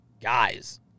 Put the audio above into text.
Guys